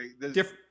Different